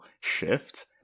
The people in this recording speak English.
shift